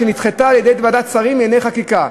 שנדחתה על-ידי ועדת שרים לענייני חקיקה,